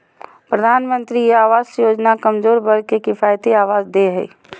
प्रधानमंत्री आवास योजना कमजोर वर्ग के किफायती आवास दे हइ